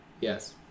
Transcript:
yes